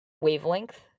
wavelength